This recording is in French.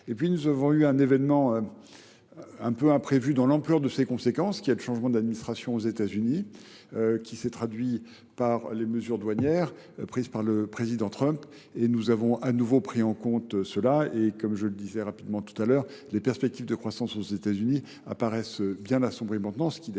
Et puis nous avons eu un événement un peu imprévu dans l'ampleur de ces conséquences, qui est le changement d'administration aux États-Unis, qui s'est traduit par les mesures douanières prises par le président Trump, et nous avons à nouveau pris en compte cela. Et comme je le disais rapidement tout à l'heure, les perspectives de croissance aux États-Unis apparaissent bien à sombrer maintenant, ce qui d'ailleurs